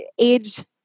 age